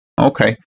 Okay